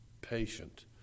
patient